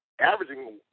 averaging